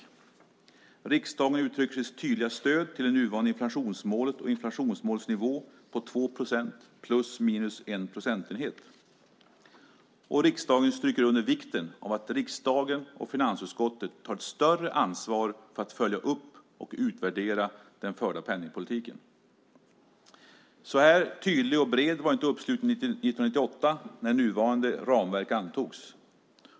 2. Riksdagen uttrycker sitt tydliga stöd för det nuvarande inflationsmålet och inflationsmålets nivå på 2 procent ±1 procentenhet. 3. Riksdagen stryker under vikten av att riksdagen och finansutskottet tar ett större ansvar för att följa upp och utvärdera den förda penningpolitiken. Så här tydlig och bred var inte uppslutningen 1998 när nuvarande ramverk antogs.